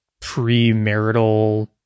premarital